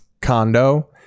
condo